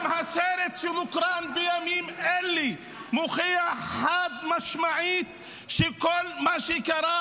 גם הסרט שמוקרן בימים אלה מוכיח חד-משמעית שכל מה שקרה